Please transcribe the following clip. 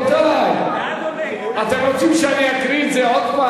רבותי, אתם רוצים שאני אקריא את זה עוד הפעם?